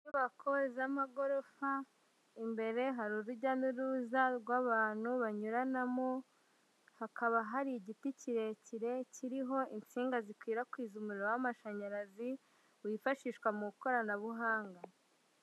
Inyubako z'amagorofa, imbere hari urujya n'uruza rw'abantu banyuranamo, hakaba hari igiti kirekire, kiriho insinga zikwirakwiza umuriro w'amashanyarazi wifashishwa mu koranabuhanga.